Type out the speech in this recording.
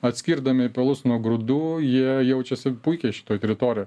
atskirdami pelus nuo grūdų jie jaučiasi puikiai šitoj teritorijoj